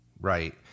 Right